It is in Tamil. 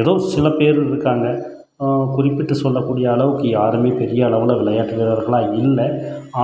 ஏதோ சில பேர் இருக்காங்க குறிப்பிட்டு சொல்லக்கூடிய அளவுக்கு யாரும் பெரிய அளவில் விளையாட்டு வீரர்களாக இல்லை